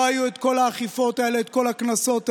לא היו את כל האכיפות האלה, את כל הקנסות האלה.